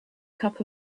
cup